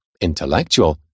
intellectual